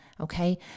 Okay